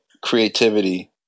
creativity